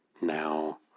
now